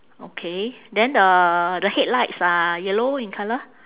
okay then the the headlights are yellow in colour